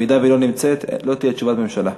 אם היא לא נמצאת לא תהיה תשובת ממשלה.